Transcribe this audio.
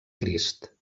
crist